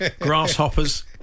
Grasshoppers